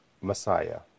Messiah